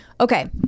Okay